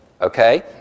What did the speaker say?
Okay